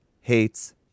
Hates